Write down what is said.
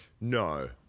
No